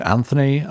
Anthony